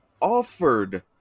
offered